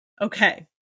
Okay